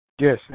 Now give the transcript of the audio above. Yes